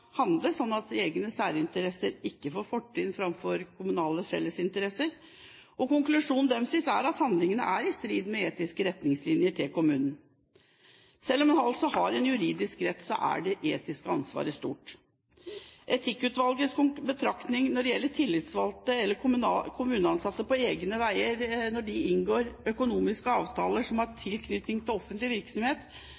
at egne særinteresser ikke får fortrinn framfor kommunale fellesinteresser. Konklusjonen deres er at handlingene er i strid med de etiske retningslinjene til kommunen. Selv om man har en juridisk rett, er det etiske ansvaret stort. Etikkutvalgets betraktning om at tillitsvalgte eller kommuneansatte som på egne vegne inngår økonomiske avtaler som har